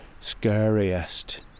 Scariest